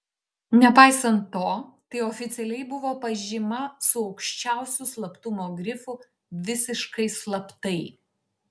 nepaisant to tai oficialiai buvo pažyma su aukščiausiu slaptumo grifu visiškai slaptai